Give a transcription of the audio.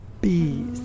Bees